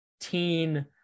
teen